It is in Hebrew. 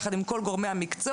יחד עם כל גורמי המקצוע,